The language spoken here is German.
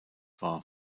war